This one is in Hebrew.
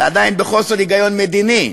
ועדיין בחוסר היגיון מדיני,